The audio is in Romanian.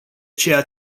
ceea